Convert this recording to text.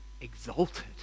exalted